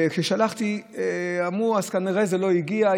וכששלחתי אמרו: אז כנראה זה לא הגיע,